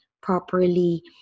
properly